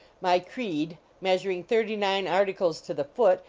my creed, measur ing thirty-nine articles to the foot,